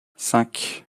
cinq